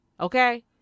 okay